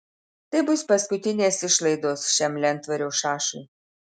tai bus paskutinės išlaidos šiam lentvario šašui